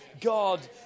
God